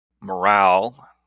morale